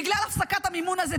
בגלל הפסקת המימון הזה,